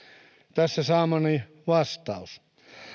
tässä saamani vastaus